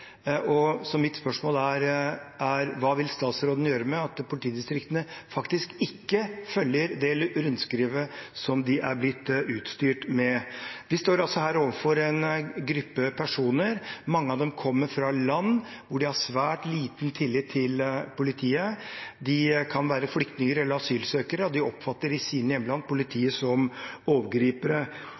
Så mitt spørsmål er: Hva vil statsråden gjøre med at politidistriktene faktisk ikke følger det rundskrivet som de er blitt utstyrt med? Vi står her overfor en gruppe personer hvorav mange kommer fra land hvor de har svært liten tillit til politiet. De kan være flyktninger eller asylsøkere, og de oppfatter i sine hjemland politiet som overgripere.